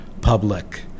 public